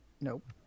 Nope